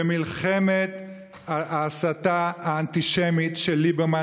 במלחמת ההסתה האנטישמית של ליברמן,